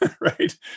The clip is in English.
right